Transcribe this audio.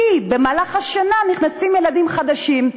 כי במהלך השנה נכנסים ילדים חדשים.